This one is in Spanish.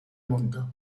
mundo